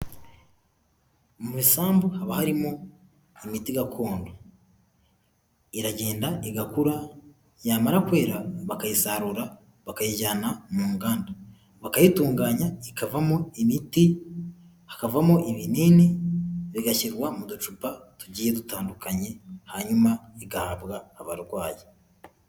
Mu isambu haba harimo imiti gakondo iragenda igakura yamara kwera bakayisarura bakayijyana mu nganda, bakayitunganya ikavamo imiti, hakavamo ibinini bigashyirwa mu ducupa tugiye dutandukanye hanyuma igahabwa abarwayi.